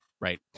right